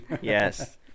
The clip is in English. Yes